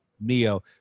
Neo